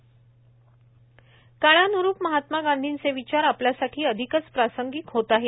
राज्यपाल काळान्रूप महात्मा गांधीचे विचार आपल्यासाठी अधिकच प्रासंगिक होत आहेत